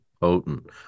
potent